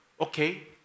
okay